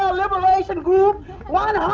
ah liberation group one um